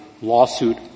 lawsuit